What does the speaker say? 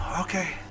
Okay